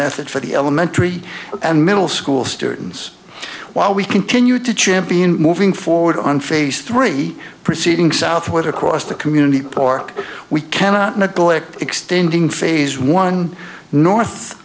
method for the elementary and middle school students while we continue to champion moving forward on phase three proceeding southward across the community park we cannot neglect extending phase one north